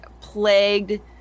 plagued